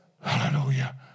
Hallelujah